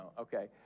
Okay